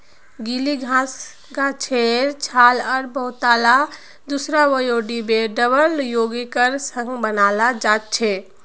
गीली घासक गाछेर छाल आर बहुतला दूसरा बायोडिग्रेडेबल यौगिकेर संग बनाल जा छेक